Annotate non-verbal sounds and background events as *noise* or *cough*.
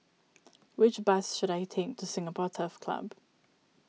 *noise* which bus should I take to Singapore Turf Club